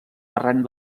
barranc